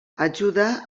ajuda